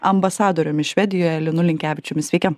ambasadoriumi švedijoje linu linkevičiumi sveiki